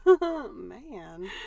Man